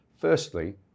Firstly